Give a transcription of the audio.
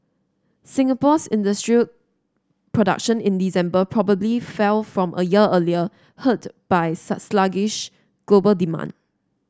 Singapore's industrial production in December probably fell from a year earlier hurt by sluggish global demand